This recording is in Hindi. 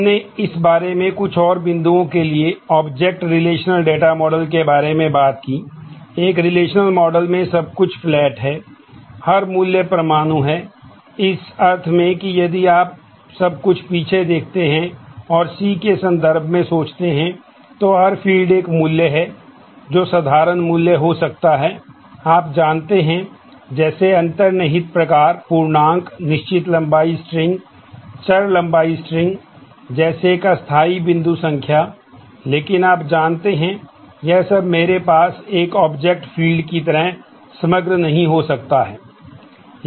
हमने उस बारे में कुछ और बिंदुओं के लिए ऑब्जेक्ट रिलेशनल डेटा मॉडल जैसे एक अस्थायी बिंदु संख्या लेकिन आप जानते हैं यह सब मेरे पास एक ऑब्जेक्ट फील्ड की तरह समग्र नहीं हो सकता है